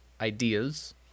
ideas